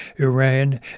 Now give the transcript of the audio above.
Iran